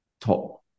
top